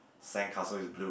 sandcastle is blue